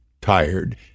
tired